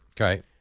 Okay